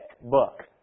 book